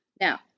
Now